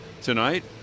tonight